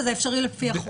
וזה אפשרי לפי החוק.